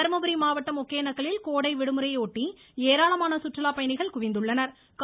தர்மபுரி மாவட்டம் ஒகேனக்கல்லில் கோடை விடுமுறையை ஒட்டி ஏராளமான சுற்றுலாப் பயணிகள் குவிந்துள்ளனா்